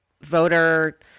voter